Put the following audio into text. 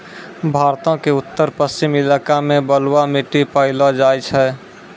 भारतो के उत्तर पश्चिम इलाका मे बलुआ मट्टी पायलो जाय छै